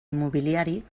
immobiliari